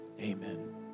Amen